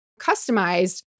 customized